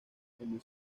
como